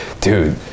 dude